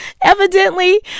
Evidently